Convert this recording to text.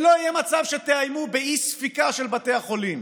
שלא יהיה מצב שתאיימו באי-ספיקה של בתי החולים.